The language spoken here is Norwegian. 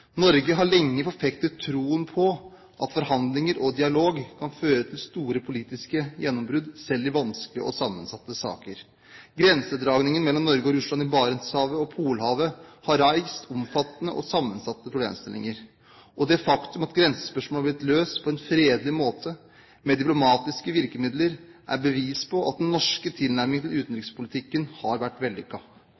Norge har lenge forfektet troen på at forhandlinger og dialog kan føre til store politiske gjennombrudd selv i vanskelige og sammensatte saker. Grensedragningen mellom Norge og Russland om Barentshavet og Polhavet har reist omfattende og sammensatte problemstillinger. Og det faktum at grensespørsmålet har blitt løst på en fredelig måte med diplomatiske virkemidler, er bevis på at den norske tilnærmingen til